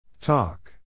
Talk